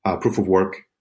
proof-of-work